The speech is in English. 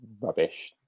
rubbish